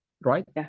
right